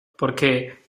porque